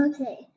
Okay